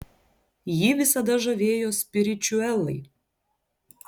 jį visada žavėjo spiričiuelai